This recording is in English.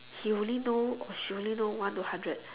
he only know or she only know one to hundred